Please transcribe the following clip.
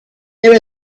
there